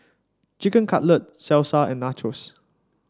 Chicken Cutlet Salsa and Nachos